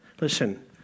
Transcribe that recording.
listen